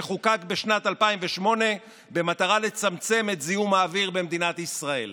שחוקק בשנת 2008 במטרה לצמצם את זיהום האוויר במדינת ישראל.